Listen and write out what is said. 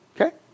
Okay